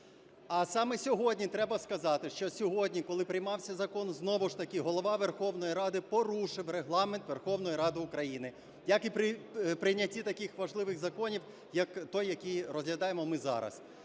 А саме сьогодні, треба сказати, що сьогодні, коли приймався закон, знову ж таки, Голова Верховної Ради порушив Регламент Верховної Ради України, як і при прийнятті таких важливих законів, як той, який розглядаємо ми зараз.